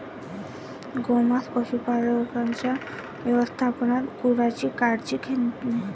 गोमांस पशुपालकांच्या व्यवस्थापनात गुरांची काळजी घेणे